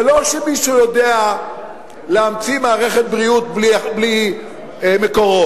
זה לא שמישהו יודע להמציא מערכת בריאות בלי מקורות,